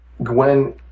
Gwen